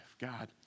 God